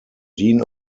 dean